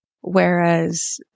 Whereas